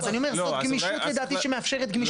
אז אני אומר, זו גמישות שלדעתי מאפשרת גמישות.